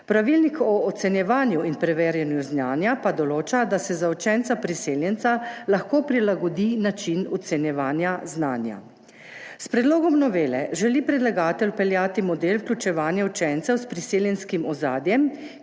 Pravilnik o ocenjevanju in preverjanju znanja pa določa, da se za učenca priseljenca lahko prilagodi način ocenjevanja znanja. S predlogom novele želi predlagatelj vpeljati model vključevanja učencev s priseljenskim ozadjem,